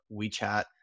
WeChat